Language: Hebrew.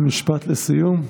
משפט לסיום.